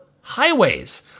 highways